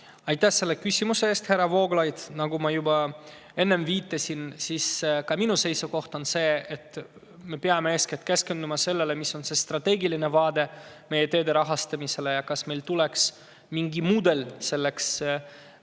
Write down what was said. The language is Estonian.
Aitäh selle küsimuse eest, härra Vooglaid! Nagu ma juba enne viitasin, ka minu seisukoht on see, et me peame eeskätt keskenduma sellele, milline on meie strateegiline vaade teede rahastamisele ja kas meil tuleks mingi mudel selleks leida.